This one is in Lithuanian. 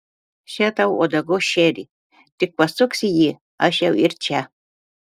še tau uodegos šerį tik pasuksi jį aš jau ir čia